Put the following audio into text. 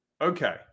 okay